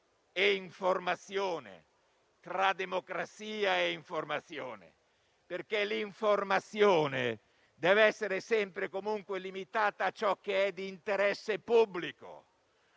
e informazione, tra democrazia e informazione, perché l'informazione deve essere sempre e comunque limitata a ciò che è di interesse pubblico.